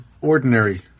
ordinary